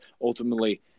ultimately